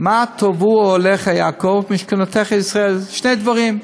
"מה טבו אהליך יעקב משכנתיך ישראל" שני דברים,